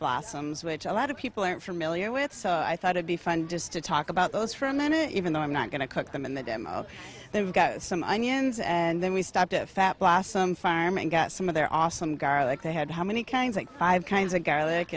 blossoms which a lot of people aren't familiar with so i thought i'd be fun just to talk about those for a minute even though i'm not going to cook them in the demo they've got some onions and then we stop to fat blossom farm and get some of their awesome garlic they had how many kinds like five kinds of garlic